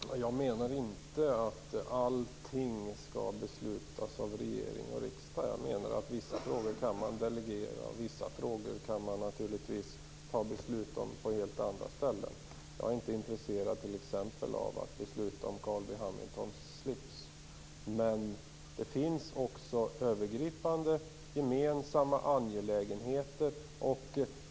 Fru talman! Jag menar inte att allting skall beslutas av regering och riksdag. Jag menar att vissa frågor kan delegeras och vissa frågor kan beslutas på helt andra ställen. Jag är inte intresserad av att besluta om Men det finns övergripande, gemensamma angelägenheter.